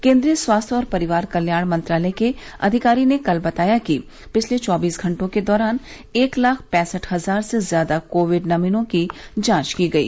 केंद्रीय स्वास्थ्य और परिवार कल्याण मंत्रालय के अधिकारी ने कल बताया कि पिछले चौबीस घटों के दौरान एक लाख पैंसठ हजार से ज्यादा कोविड नमूनों की जांच की गई